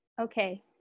Okay